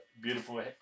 beautiful